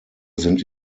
sind